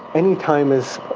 any time is